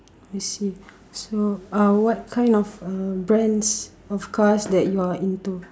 I see so uh what kind of uh brands of cars that you are into